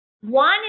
One